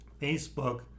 Facebook